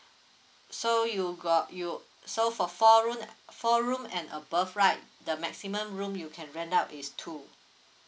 so you got you so for four room four room and above right the maximum room you can rent out is two